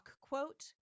quote